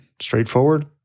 Straightforward